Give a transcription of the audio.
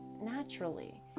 naturally